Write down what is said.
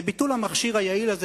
היא ביטול המכשיר היעיל הזה,